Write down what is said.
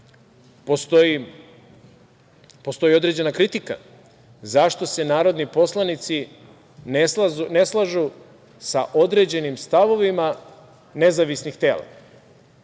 postoji određena kritika zašto se narodni poslanici ne slažu sa određenim stavovima nezavisnih tela.